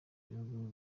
bihugu